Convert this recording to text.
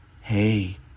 hey